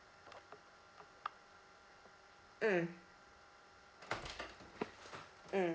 mm mm